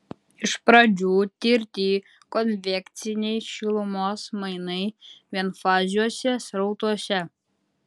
iš pradžių tirti konvekciniai šilumos mainai vienfaziuose srautuose